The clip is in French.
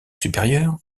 supérieur